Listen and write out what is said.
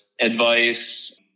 advice